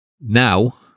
Now